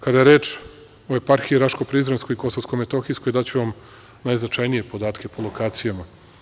Kada je reč o eparhiji Raško-Prizrenskoj i Kosovsko-Metohijskoj daću vam najznačajnije podatke po lokacijama.